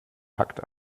packt